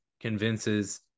convinces